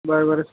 बरं बरं